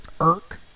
Irk